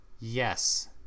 Yes